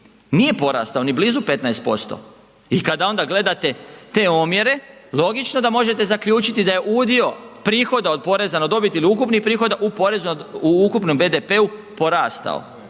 nije porastao ni blizu 15%. I kada onda gledate te omjere logično da možete zaključiti da je udio prihoda od poreza na dobit ili ukupnih prihoda u ukupnom BDP-u porastao